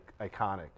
iconic